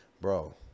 Bro